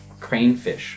cranefish